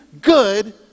good